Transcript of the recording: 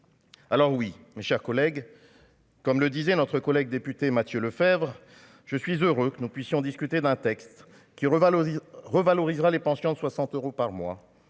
alors oui, mes chers collègues, comme le disait notre collègue député Mathieu Lefèvre, je suis heureux que nous puissions discuter d'un texte qui revalorise revalorisera les pensions 60 euros par mois